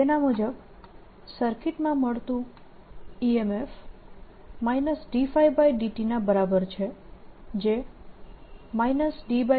તેના મુજબ સર્કિટમાં મળતું EMF dϕdt ના બરાબર છે જે ddtBrt